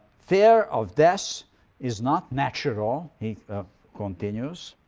fear of death is not natural, he continues.